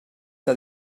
que